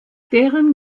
deren